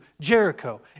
Jericho